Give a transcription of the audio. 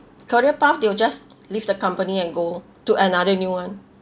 career path they will just leave the company and go to another new [one]